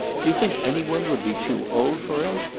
do you think any one would be too old for him?